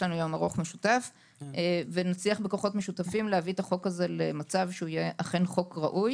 משותף - ונצליח בכוחות משותפים להביא את החוק הזה למצב שיהיה ראוי,